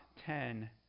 ten